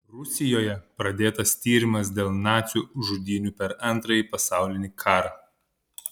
rusijoje pradėtas tyrimas dėl nacių žudynių per antrąjį pasaulinį karą